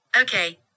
Okay